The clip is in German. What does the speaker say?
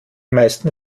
meisten